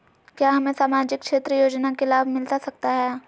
क्या हमें सामाजिक क्षेत्र योजना के लाभ मिलता सकता है?